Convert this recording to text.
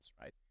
right